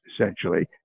essentially